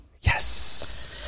Yes